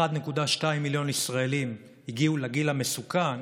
1.2 מיליון ישראלים, הגיעו לגיל המסוכן,